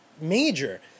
major